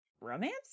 romance